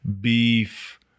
Beef